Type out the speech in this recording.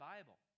Bible